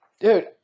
Dude